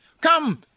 come